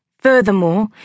Furthermore